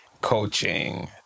coaching